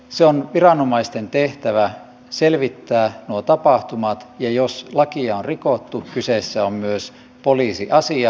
se on viranomaisten tehtävä selvittää muut tapahtumat ja jos lakia on rikottu kyseessä on myös poliisiasia